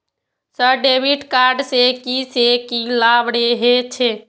Sir debit card से की से की लाभ हे छे?